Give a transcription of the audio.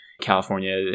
California